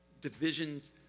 divisions